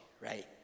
right